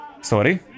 Sorry